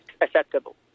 acceptable